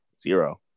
zero